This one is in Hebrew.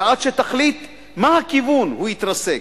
ועד שתחליט מה הכיוון, הוא יתרסק.